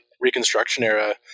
Reconstruction-era